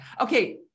Okay